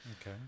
Okay